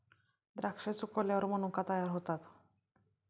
द्राक्षे सुकल्यावर मनुका तयार होतात